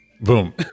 boom